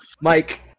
Mike